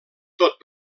tot